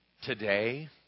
Today